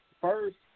First